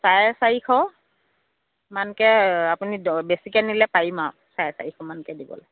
চাৰে চাৰিশমানকৈ আপুনি দহ কেজিকৈ নিলে পাৰিম আৰু চাৰে চাৰিশমানকৈ দিব